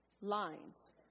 lines